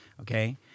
Okay